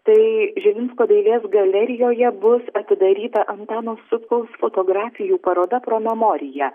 tai žilinsko dailės galerijoje bus atidaryta antano sutkaus fotografijų paroda pro memorija